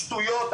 שטויות.